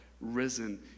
risen